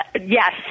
Yes